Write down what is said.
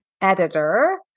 editor